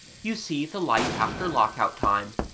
you see the light after lock-out time.